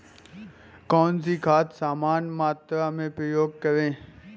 कौन सी खाद समान मात्रा में प्रयोग करें?